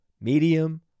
medium